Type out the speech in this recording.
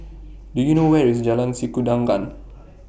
Do YOU know Where IS Jalan Sikudangan